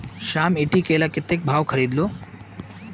श्याम ईटी केला कत्ते भाउत खरीद लो